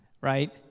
right